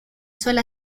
suele